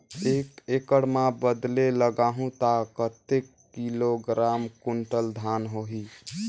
एक एकड़ मां बदले लगाहु ता कतेक किलोग्राम कुंटल धान होही?